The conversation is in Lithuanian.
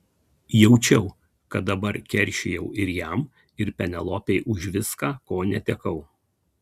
jaučiau kad dabar keršijau ir jam ir penelopei už viską ko netekau